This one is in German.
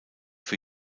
für